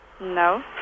No